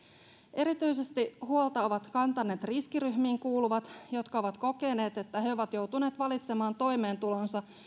erityisesti huolta ovat kantaneet riskiryhmiin kuuluvat jotka ovat kokeneet että he ovat joutuneet valitsemaan toimeentulonsa